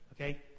Okay